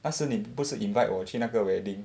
但是你不是 invite 我去那个 wedding